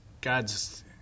gods